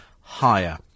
higher